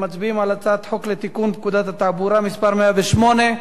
מצביעים על הצעת חוק לתיקון פקודת התעבורה (מס' 108)